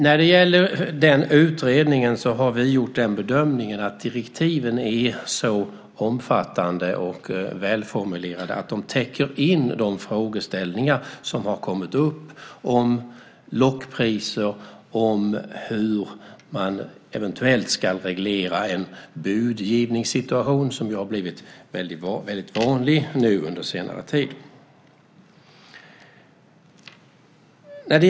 När det gäller utredningen har vi gjort bedömningen att direktiven är så omfattande och välformulerade att de täcker de frågeställningar som har kommit upp om lockpriser och om hur man eventuellt ska reglera budgivningssituationer, som ju har blivit vanliga nu under senare tid.